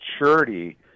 maturity